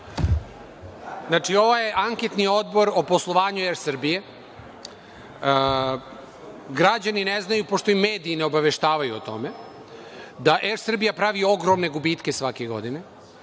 Znači, ovo je anketni odbor o poslovanju Er Srbije. Građani ne znaju, pošto ih mediji ne obaveštavaju o tome da Er Srbija pravi ogromne gubitke svake godine